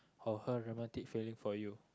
or her romantic feeling for you